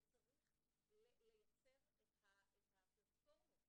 וצריך לייצר את הפלטפורמות.